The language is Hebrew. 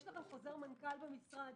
יש לכם חוזר מנכ"ל במשרד